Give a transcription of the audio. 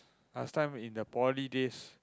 last time in the Poly days